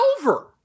over